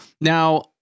Now